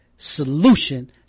solution